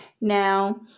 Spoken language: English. now